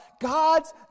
God's